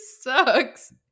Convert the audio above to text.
sucks